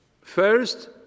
First